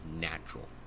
natural